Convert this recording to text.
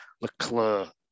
Leclerc